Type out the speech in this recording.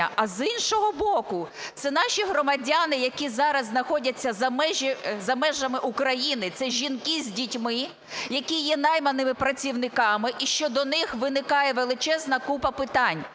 А з іншого боку, це наші громадяни, які зараз знаходяться за межами України, це жінки з дітьми, які є найманими працівниками і щодо них виникає величезна купа питань.